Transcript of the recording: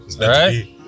right